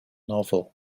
novel